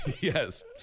Yes